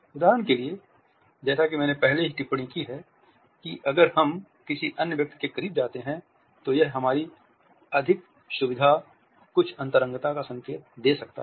उदाहरण के लिए जैसा कि मैंने पहले ही टिप्पणी की है कि अगर हम किसी अन्य व्यक्ति के करीब जाते हैं तो यह हमारी अधिक सुविधा कुछ अंतरंगता का संकेत दे सकता है